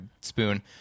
Spoon